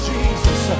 Jesus